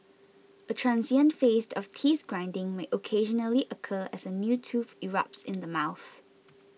a transient phase of teeth grinding may occasionally occur as a new tooth erupts in the mouth